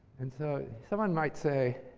and so, someone might say,